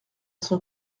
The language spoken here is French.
son